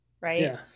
Right